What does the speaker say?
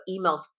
emails